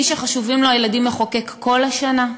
מי שחשובים לו הילדים מחוקק כל השנה,